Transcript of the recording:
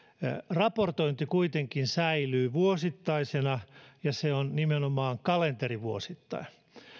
raportointi kuitenkin säilyy vuosittaisena ja se on nimenomaan kalenterivuosittain